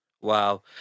Wow